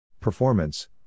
Performance